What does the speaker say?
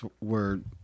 word